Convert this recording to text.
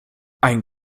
einem